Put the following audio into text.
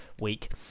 week